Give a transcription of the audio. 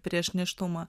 prieš nėštumą